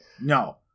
no